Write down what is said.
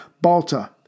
Balta